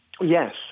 Yes